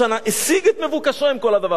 השיג את מבוקשו עם כל הדבר הזה.